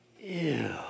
ew